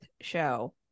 show